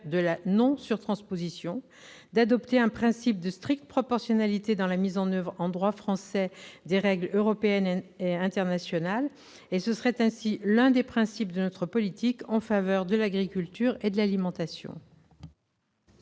de la non-surtransposition et de la stricte proportionnalité dans la mise en oeuvre en droit français des règles européennes et internationales l'un des principes de notre politique en faveur de l'agriculture et de l'alimentation.